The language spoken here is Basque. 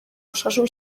osasun